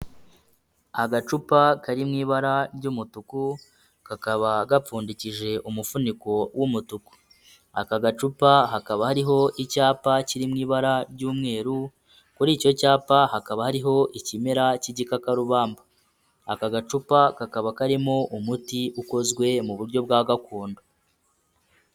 Agacupa kari mu ibara ry'umutuku kakaba gapfundikije umufuniko w'umutuku. Aka gacupa hakaba hariho icyapa kiri mu ibara ry'umweru, kuri icyo cyapa hakaba hariho ikimera cy'igikakarubamba. Aka gacupa kakaba karimo umuti ukozwe mu buryo bwa gakondo.